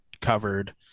covered